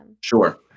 Sure